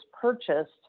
purchased